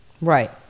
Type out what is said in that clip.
Right